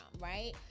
right